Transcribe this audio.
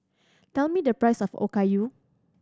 tell me the price of Okayu